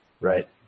Right